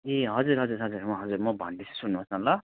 ए हजुर हजुर हजुर म हजुर भन्दैछु सुन्नुहोस् न ल